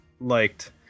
liked